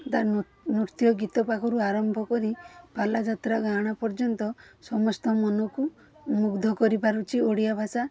ନୃତ୍ୟ ଗୀତ ପାଖରୁ ଆରମ୍ଭ କରି ପାଲା ଯାତ୍ରା ଗାହାଣ ପର୍ଯ୍ୟନ୍ତ ସମସ୍ତଙ୍କ ମନକୁ ମୁଗ୍ଧ କରିପାରୁଛି ଓଡ଼ିଆ ଭାଷା